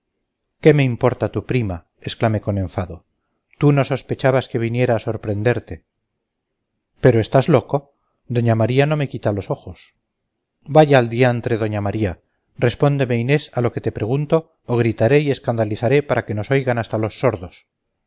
qué me importa tu prima exclamé con enfado tú no sospechabas que viniera a sorprenderte pero estás loco doña maría no me quita los ojos vaya al diantre doña maría respóndeme inés a lo que te pregunto o gritaré y escandalizaré para que nos oigan hasta los sordos